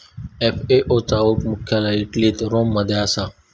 FAO चा मुख्यालय इटलीत रोम मध्ये असा